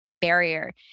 barrier